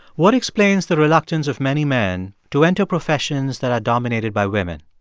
what explains the reluctance of many men to enter professions that are dominated by women?